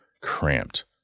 cramped